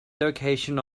location